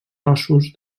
ossos